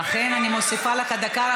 אכן, אני מוסיפה לך דקה.